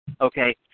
okay